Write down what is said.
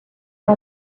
uma